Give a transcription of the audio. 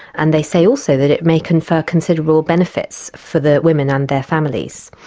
and they say also that it may confer considerable benefits for the women and their families.